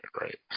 right